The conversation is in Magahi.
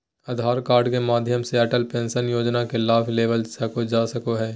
आधार कार्ड के माध्यम से अटल पेंशन योजना के लाभ लेवल जा सको हय